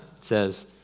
says